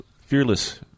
fearless